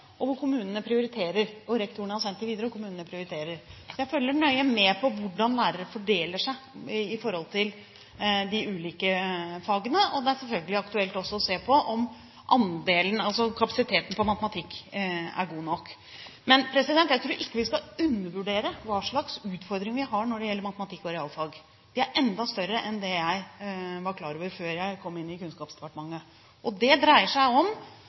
rektorene har sendt det videre og kommunene prioriterer. Jeg følger nøye med på hvordan lærerne fordeler seg i forhold til de ulike fagene, og det er selvfølgelig også aktuelt å se på om kapasiteten på matematikk er god nok. Men jeg tror ikke vi skal undervurdere hva slags utfordring vi har når det gjelder matematikk og realfag. Den er enda større enn det jeg var klar over før jeg kom inn i Kunnskapsdepartementet. Det dreier seg om